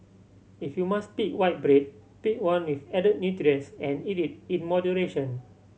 if you must pick white bread pick one with add nutrients and eat it in moderation